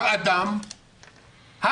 הר אדם שרירי,